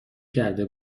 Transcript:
کرده